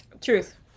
Truth